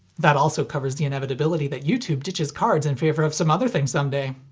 that also covers the inevitability that youtube ditches cards in favor of some other thing some day.